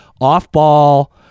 off-ball